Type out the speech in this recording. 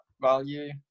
value